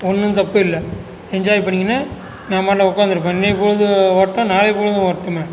ஒன்றும் தப்பு இல்லை என்ஜாய் பண்ணிக்கின்னு நான் பாட்டில் உட்காந்திருப்பேன் இன்றைய பொழுதும் வரட்டும் நாளைய பொழுதும் வரட்டுமே